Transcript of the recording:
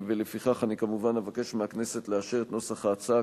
ולפיכך אני כמובן אבקש מהכנסת לאשר את נוסח ההצעה,